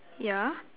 yeah